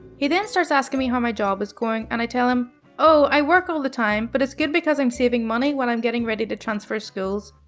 he then starts asking me how my job was going, and i tell him oh, i work all the time, but it's good because i'm saving money while i'm getting ready to transfer schools.